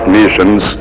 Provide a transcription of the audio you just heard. nations